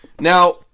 Now